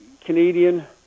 canadian